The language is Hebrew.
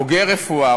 בוגר רפואה,